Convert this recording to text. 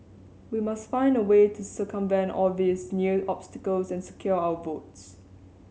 we must find a way to circumvent all these new obstacles and secure our votes